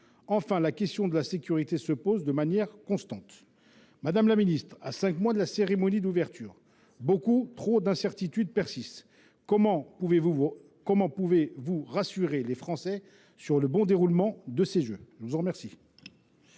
Enfin, la question de la sécurité se pose de manière constante. Madame la ministre, à cinq mois de la cérémonie d’ouverture, bien trop d’incertitudes persistent : comment pouvez vous rassurer les Français quant au bon déroulement de ces Jeux ? La parole est